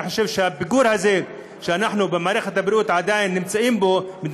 אני חושב שהפיגור הזה שאנחנו עדיין נמצאים בו במערכת הבריאות,